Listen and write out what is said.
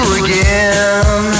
again